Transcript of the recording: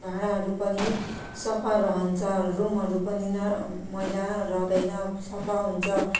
भाँडाहरू पनि सफा रहन्छ रुमहरू पनि नरा मैला रहँदैन सफा हुन्छ